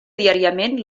diàriament